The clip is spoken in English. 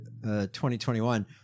2021